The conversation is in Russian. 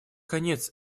конец